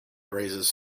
raises